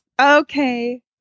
Okay